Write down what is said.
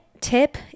tip